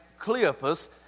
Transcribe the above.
Cleopas